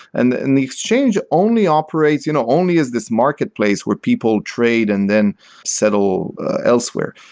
and the and the exchange only operates you know only as this marketplace where people trade and then settle elsewhere.